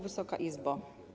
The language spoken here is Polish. Wysoka Izbo!